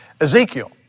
Ezekiel